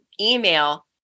email